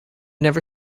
never